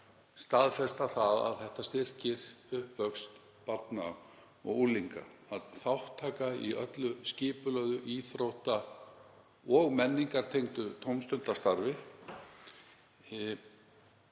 staðfesta að þetta styrkir uppvöxt barna og unglinga. Þátttaka í öllu skipulögðu íþrótta- og menningartengdu tómstundastarfi